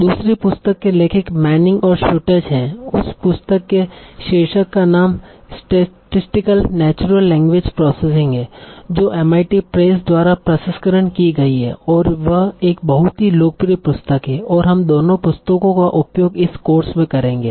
दूसरी पुस्तक के लेखक मैनिंग और शुट्ज़ है उस पुस्तक के शीर्षक का नाम स्टैटिस्टिकल नेचुरल लैंग्वेज प्रोसेसिंग है जो एमआईटी प्रेस द्वारा प्रसंस्करण की गई है और वह एक बहुत ही लोकप्रिय पुस्तक है और हम दोनों पुस्तकों का उपयोग इस कोर्स में करेंगे